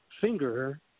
finger